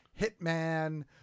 Hitman